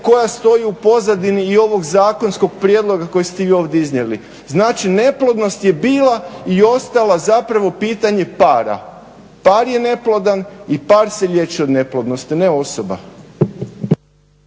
koja stoji u pozadini i ovog zakonskog prijedloga koji ste vi ovdje iznijeli. Znači neplodnost je bila i ostala zapravo pitanje para. Par je neplodan i par se liječi od neplodnosti, ne osoba.